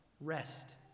rest